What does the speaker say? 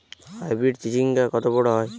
Hybrid চিচিংঙ্গা কত বড় হয়?